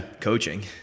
coaching